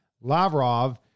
Lavrov